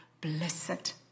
Blessed